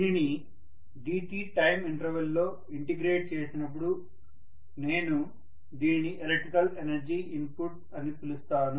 దీనిని dt time interval లో integrate చేసినప్పుడు నేను దీనిని ఎలక్ట్రికల్ ఎనర్జీ ఇన్ పుట్ అని పిలుస్తాను